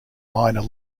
minor